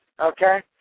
okay